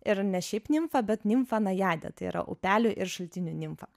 ir ne šiaip nimfa bet nimfa najadė tai yra upelių ir šaltinių nimfa